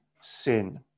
sin